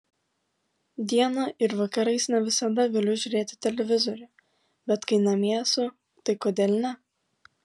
dieną ir vakarais ne visada galiu žiūrėti televizorių bet kai namie esu tai kodėl ne